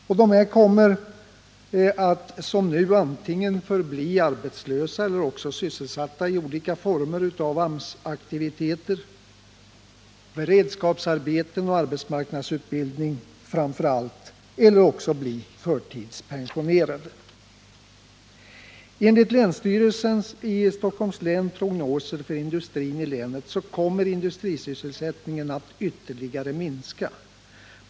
Dessa människor kommer som nu att antingen förbli arbetslösa eller också sysselsatta i olika former av AMS aktiviteter, beredskapsarbeten och arbetsmarknadsutbildning eller också bli förtidspensionerade. Enligt länsstyrelsens i Stockholms län prognoser för industrin i länet kommer industrisysselsättningen att ytterligare minska.